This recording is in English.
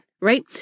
right